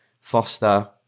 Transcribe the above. Foster